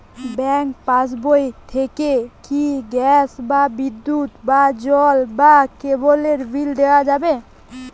Bank পাশবই থেকে কি গ্যাস বা বিদ্যুৎ বা জল বা কেবেলর বিল দেওয়া যাবে?